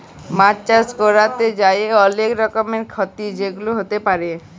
মাছ চাষ ক্যরতে যাঁয়ে অলেক রকমের খ্যতি যেগুলা হ্যতে পারে